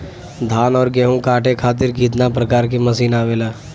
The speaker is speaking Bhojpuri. धान और गेहूँ कांटे खातीर कितना प्रकार के मशीन आवेला?